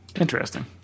interesting